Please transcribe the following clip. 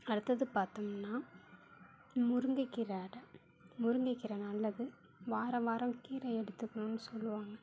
அடுத்தது பார்த்தோம்னா முருங்கக்கீரை அடை முருங்கக்கீரை நல்லது வாரம் வாரம் கீரை எடுத்துக்கணும்னு சொல்லுவாங்க